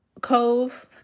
Cove